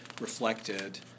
reflected